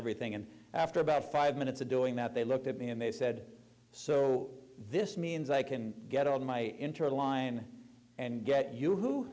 everything and after about five minutes of doing that they looked at me and they said so this means i can get on my interline and get you who